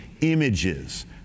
images